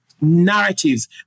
narratives